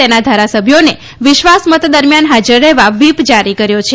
તેના ધારાસભ્યોને વિશ્વાસ મત દરમ્યાન હાજર રહેવા વ્હીપ જાહેર કર્યો છે